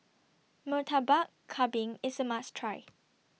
Murtabak Kambing IS A must Try